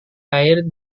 air